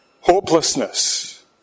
hopelessness